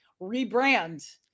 rebrand